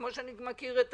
כמו שאני מכיר את